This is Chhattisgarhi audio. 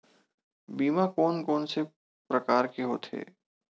बीमा कोन कोन से प्रकार के होथे?